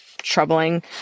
troubling